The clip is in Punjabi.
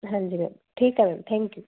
ਠੀਕ ਐ ਥੈਂਕ ਯੂ